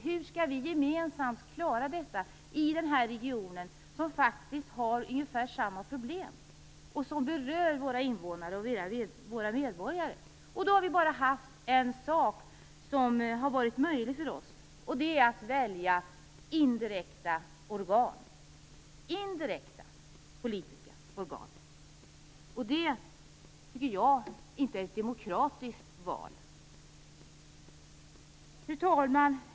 Hur skall vi gemensamt klara detta i regionen där man har ungefär samma problem som berör invånarna? Då har det bara varit möjligt för oss att göra en sak, nämligen att välja indirekta politiska organ. Och det är inte ett demokratiskt val, tycker jag.